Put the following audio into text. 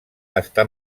està